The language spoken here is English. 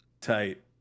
Tight